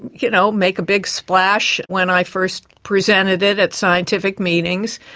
you know make a big splash when i first presented it at scientific meetings.